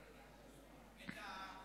הבנו.